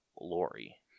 Lori